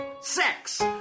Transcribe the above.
sex